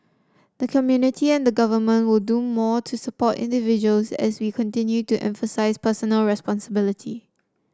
the community and government will do more to support individuals as we continue to emphasise personal responsibility